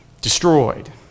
Destroyed